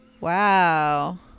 Wow